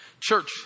church